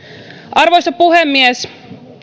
arvoisa puhemies